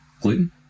gluten